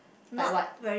like what